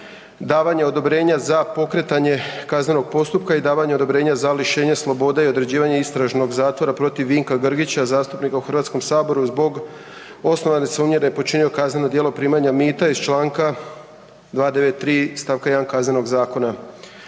davanje odobrenja za pokretanje kaznenog postupka i davanje odobrenja za lišenje slobode i određivanje istražnog zatvora protiv Dražena Barišića, zastupnika u HS-u zbog osnovane sumnje da je počinio kazneno djelo trgovanja utjecajem iz čl. 295. st. 1. i kazneno djelo